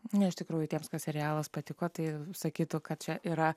ne iš tikrųjų tiems kas serialas patiko tai sakytų kad čia yra